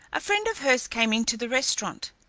a friend of hers came into the restaurant,